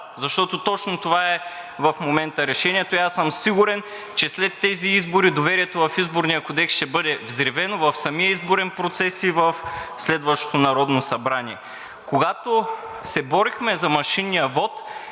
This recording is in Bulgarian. защото точно това е в момента решението. Аз съм сигурен, че след тези избори доверието в Изборния кодекс ще бъде взривено в самия изборен процес и в следващото Народно събрание. Когато се борихме за машинния вот,